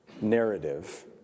narrative